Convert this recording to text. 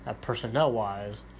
personnel-wise